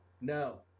no